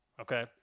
Okay